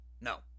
No